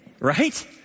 Right